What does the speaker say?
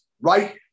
right